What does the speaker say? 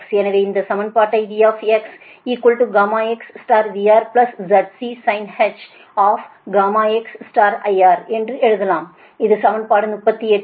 எனவே இந்த சமன்பாட்டை V γx VRZCsinh γx IR என்று எழுதலாம் இது சமன்பாடு 38